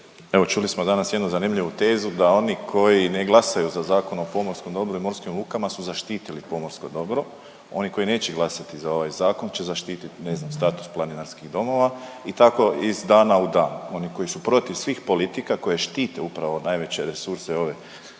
čuli smo danas jednu zanimljivu tezu da oni koji ne glasaju za Zakon o pomorskom dobru i morskim lukama su zaštitili pomorsko dobro. Oni koji neće glasati za ovaj zakon će zaštititi ne znam status planinarskih domova i tako iz dana u dan. Oni koji su protiv svih politika koje štite upravo najveće resurse ove